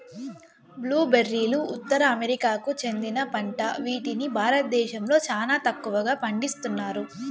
blue బెర్రీలు ఉత్తర అమెరికాకు చెందిన పంట వీటిని భారతదేశంలో చానా తక్కువగా పండిస్తన్నారు